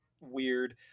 weird